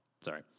sorry